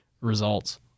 results